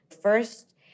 First